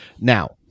now